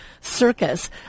circus